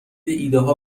ایدهها